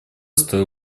стоило